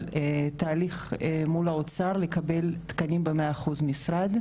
תהליך מול האוצר לקבל תקנים ב-100% משרה.